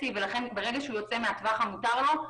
ולכן ברגע שהוא יוצא מהטווח שמותר לו,